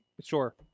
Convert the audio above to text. Sure